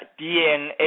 DNA